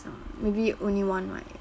maybe only one right